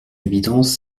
évidence